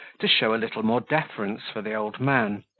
to show a little more deference for the old man,